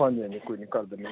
ਹਾਂਜੀ ਹਾਂਜੀ ਕੋਈ ਨਹੀਂ ਕਰ ਦਿੰਦੇ